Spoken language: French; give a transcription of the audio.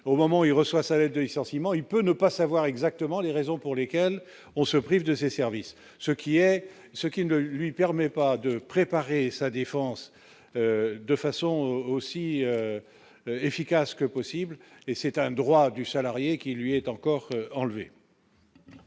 au moment où il reçoit de licenciement, il peut ne pas savoir exactement les raisons pour lesquelles on se prive de ses services, ce qui est ce qui ne lui permet pas de préparer sa défense de façon aussi efficace que possible et c'est un droit du salarié qui lui est encore enlevé.